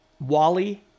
wally